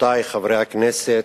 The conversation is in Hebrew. רבותי חברי הכנסת,